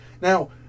now